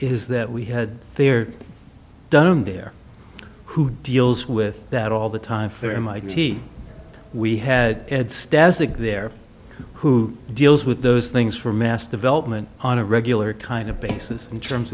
is that we had there done there who deals with that all the time for mit we had edstaston there who deals with those things for mass development on a regular kind of basis in terms